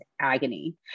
agony